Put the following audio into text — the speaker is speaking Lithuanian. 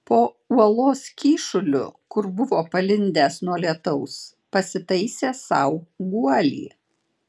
po uolos kyšuliu kur buvo palindęs nuo lietaus pasitaisė sau guolį